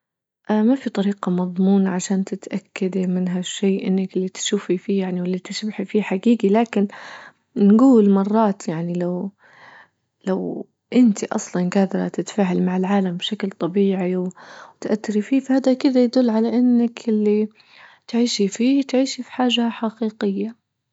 اه ما في طريقة مضمونة عشان تتأكدي من هالشي أنك اللي تشوفي فيه يعني واللي تصبحى فيه حجيجي لكن نقول مرات يعني لو-لو أنت أصلا جادرة تتفاعلى مع العالم بشكل طبيعي وتأثرى فيه فهذا كذا يدل على أنك اللي تعيشي فيه تعيشي فحاجة حقيقية.